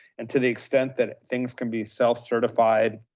and to the extent that things can be self-certified,